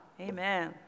Amen